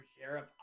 Sheriff